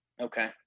Okay